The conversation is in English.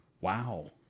Wow